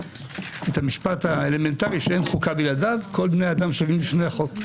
את המשפט האלמנטרי שאין חוקה בלעדיו: כל בני האדם שווים בפני החוק.